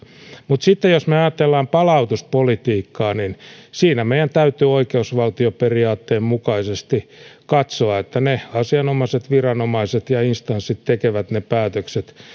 mutta sitten jos me ajattelemme palautuspolitiikkaa niin siinä meidän täytyy oikeusvaltioperiaatteen mukaisesti katsoa että asianomaiset viranomaiset ja instanssit tekevät ne päätökset